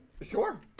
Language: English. Sure